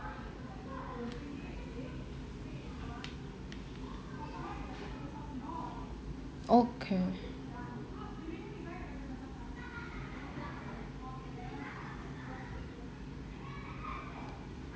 okay